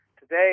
today